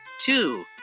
two